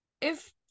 if-